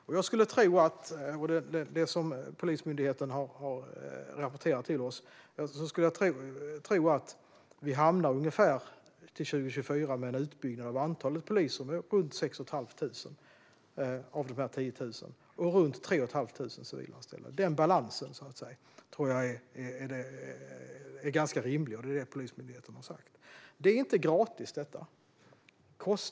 Med det som Polismyndigheten har rapporterat till oss skulle jag tro att vi till 2024 hamnar på ungefär 6 500 utbildade poliser och runt 3 500 civilanställda av de 10 000. Den balansen tror jag är ganska rimlig, och det är det Polismyndigheten har sagt. Det är inte gratis, det här.